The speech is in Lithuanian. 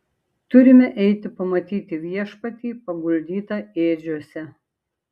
turime eiti pamatyti viešpatį paguldytą ėdžiose